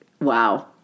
wow